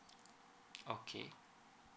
okay